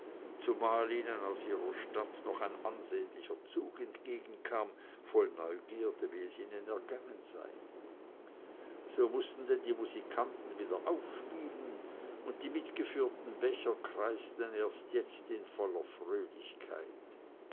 zumal ihnen aus ihrer stadt noch ein ansehnlicher zuzug entgegenkam voll neugierde wie es ihnen ergangen sei so mußten denn die musikanten wieder aufspielen und die mitgeführten becher kreisten erst jetzt in voller